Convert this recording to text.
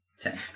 Ten